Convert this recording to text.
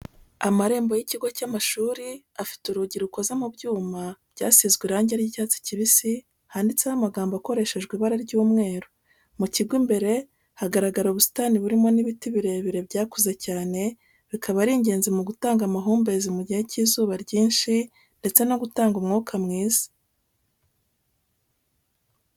Amarembo y'ikigo cy'amashuri afite urugi rukoze mu byuma byasizwe irangi ry'icyatsi, handitseho amagambo akoreshejwe ibara ry'umweru, mu kigo imbere hagaragara ubusitani burimo n'ibiti birebire byakuze cyane bikaba ari ingenzi mu gutanga amahumbezi mu gihe cy'izuba ryinshi, ndetse no gutanga umwuka mwiza.